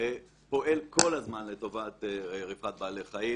פועל כל הזמן לטובת רווחת בעלי החיים